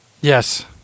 Yes